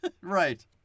Right